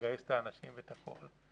תגייס את האנשים ואת הכול,